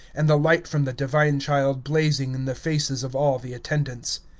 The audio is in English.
and the light from the divine child blazing in the faces of all the attendants.